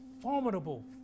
formidable